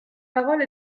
parole